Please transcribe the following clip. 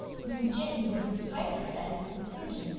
mrs. jennings would have persuaded her, at its conclusion,